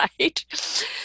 right